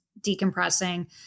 decompressing